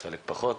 וחלק פחות.